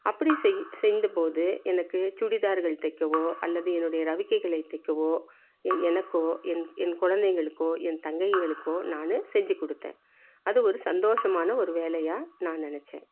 அப்படி செய் செய்ந்தபோது எனக்கு சுடிதார்கள் தைக்கவோ அல்லது என்னுடைய ரவிக்கைகளை தைக்கவோ எனக்கோ என் என் குழந்தைங்களுக்கோ என் தங்கைங்களுக்கோ நான் செஞ்சு கொடுத்தேன் அது ஒரு சந்தோஷமான ஒரு வேலையாக நான் நினைச்சேன்